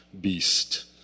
beast